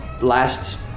Last